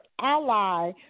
ally